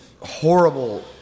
horrible